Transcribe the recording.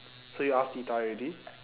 so you asked tita already